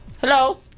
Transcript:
Hello